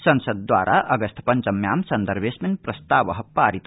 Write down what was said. संसद् द्वारा अगस्त पञ्चम्या सन्दर्भेडस्मिन् प्रस्ताव एक पारित